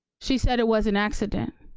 she said it was an accident,